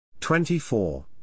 24